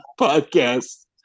podcast